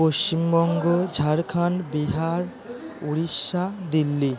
Paschimbanga Jharkhand Bihar Orissa Delhi